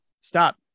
Stop